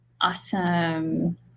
Awesome